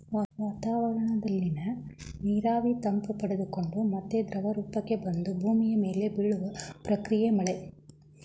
ವಾತಾವರಣದಲ್ಲಿನ ನೀರಾವಿ ತಂಪು ಪಡೆದುಕೊಂಡು ಮತ್ತೆ ದ್ರವರೂಪಕ್ಕೆ ಬಂದು ಭೂಮಿ ಮೇಲೆ ಬೀಳುವ ಪ್ರಕ್ರಿಯೆಯೇ ಮಳೆ